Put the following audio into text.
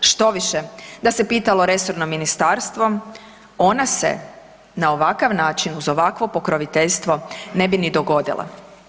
Štoviše, da se pitalo resorno ministarstvo, ona se na ovakav način, uz ovakvo pokroviteljstvo ne bi ni dogodila.